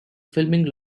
filming